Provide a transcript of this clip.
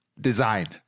design